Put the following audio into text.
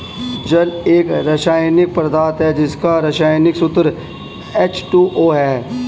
जल एक रसायनिक पदार्थ है जिसका रसायनिक सूत्र एच.टू.ओ है